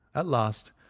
at last,